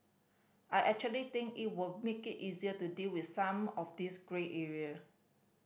I actually think it will make it easier to deal with some of these grey area